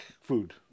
food